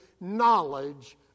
knowledge